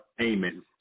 amen